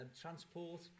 transport